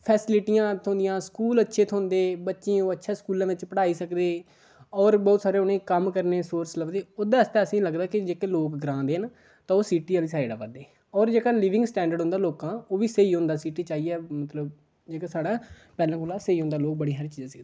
फेसिलिटियां थ्होंदियां स्कूल अच्छे थ्होंदे बच्चें ओह् अच्छे स्कूलें बिच्च पढ़ाई सकदे होर बहुत सारे उ'नें गी कम्म करने दे सोर्स लभदे ओह्दे आस्तै असेंगी लगदा के जेह्के लोक ग्रांऽ दे न ते ओह् सिटी आह्ली साइड आवा दे होर जेह्ड़ा लिविंग स्टैण्डर्ड उं'दा लोकें दा ओह् बी स्हेई होंदा सिटी च आइयै मतलब जेह्का साढ़ा पैह्ले कोला स्हेई होंदा लोक बड़ी हारी चीजां सिखदे